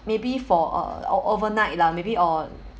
maybe for uh uh overnight lah maybe or